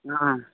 ஆ